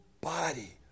body